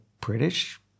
British